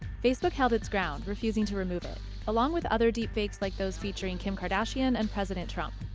facebook held its ground, refusing to remove it along with other deepfakes like those featuring kim kardashian and president trump.